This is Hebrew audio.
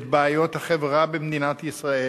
את בעיות החברה במדינת ישראל,